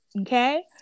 okay